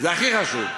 זה הכי חשוב,